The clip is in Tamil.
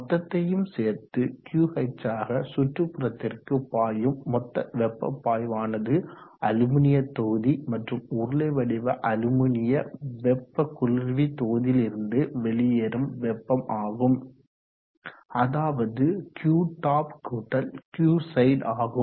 மொத்தத்தையும் சேர்த்து QH ஆக சுற்றுபுறத்திற்கு பாயும் மொத்த வெப்ப பாய்வானது அலுமினிய தொகுதி மற்றும் உருளை வடிவ அலுமினிய வெப்ப குளிர்வி தொகுதியிலிருந்து வெளியேறும் வெப்பம் ஆகும் அதாவது Qtop Qside ஆகும்